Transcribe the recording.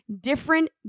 different